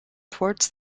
towards